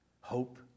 hope